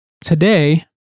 today